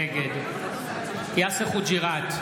נגד יאסר חוג'יראת,